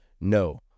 no